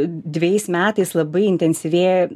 dvejais metais labai intensyvėja